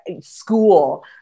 school